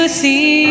see